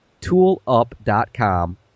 toolup.com